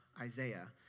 Isaiah